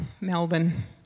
Melbourne